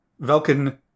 Velkin